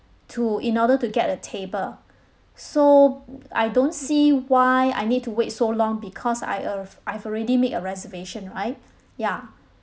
to in order to get a table so I don't see why I need to wait so long because I al~ I've already make a reservation right ya